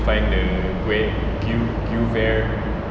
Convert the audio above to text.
find the q~ queve~ queve~